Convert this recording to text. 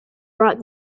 brought